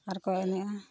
ᱟᱨ ᱠᱚ ᱮᱱᱮᱡᱼᱟ